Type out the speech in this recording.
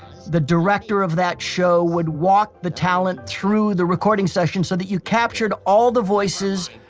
the director of that show would walk the talent through the recording session so that you captured all the voices,